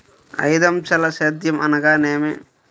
ఐదంచెల సేద్యం అనగా నేమి?